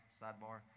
sidebar